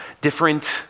different